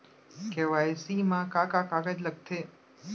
KYC मा का का कागज लगथे?